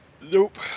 Nope